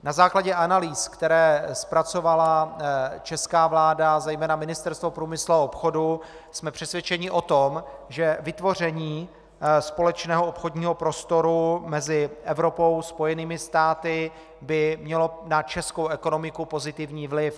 Na základě analýz, které zpracovala česká vláda, zejména Ministerstvo průmyslu a obchodu, jsme přesvědčeni o tom, že vytvoření společného obchodního prostoru mezi Evropou a Spojenými státy by mělo na českou ekonomiku pozitivní vliv.